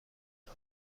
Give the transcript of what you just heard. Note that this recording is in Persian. بیا